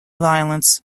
violence